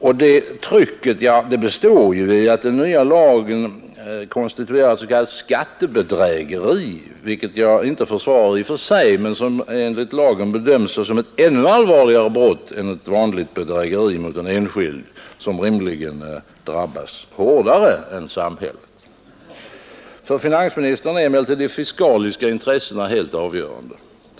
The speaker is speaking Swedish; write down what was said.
Och det trycket består ju bl.a. i att enligt den nya skattelagen bedöms det s.k. skattebedrägeriet — vilket jag givetvis inte försvarar i och för sig — som ett ännu allvarligare brott än vanligt bedrägeri mot en enskild, som rimligen drabbas hårdare än samhället. För finansministern är de fiskala intressena helt avgörande.